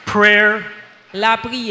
Prayer